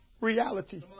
reality